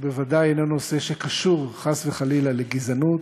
והוא בוודאי אינו נושא שקשור, חס וחלילה, לגזענות.